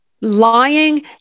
Lying